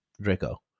Draco